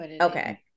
Okay